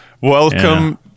welcome